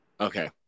Okay